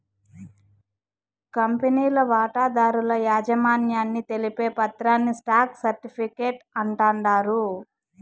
కంపెనీల వాటాదారుల యాజమాన్యాన్ని తెలిపే పత్రాని స్టాక్ సర్టిఫీకేట్ అంటాండారు